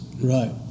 Right